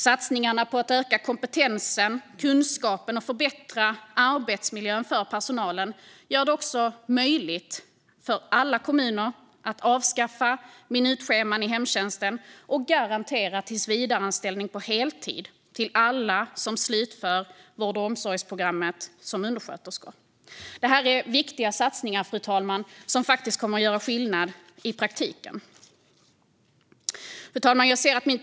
Satsningarna på att höja kompetensen, öka kunskaperna och förbättra arbetsmiljön för personalen gör det också möjligt för alla kommuner att avskaffa minutscheman i hemtjänsten och garantera tillsvidareanställning på heltid till alla som slutför vård och omsorgsprogrammet som undersköterskor. Det här är viktiga satsningar som kommer att göra skillnad i praktiken, fru talman. Fru talman!